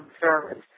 service